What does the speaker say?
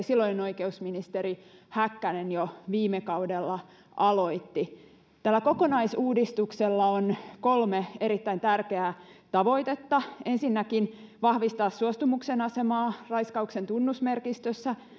silloinen oikeusministeri häkkänen jo viime kaudella aloitti tällä kokonaisuudistuksella on kolme erittäin tärkeää tavoitetta ensinnäkin vahvistaa suostumuksen asemaa raiskauksen tunnusmerkistössä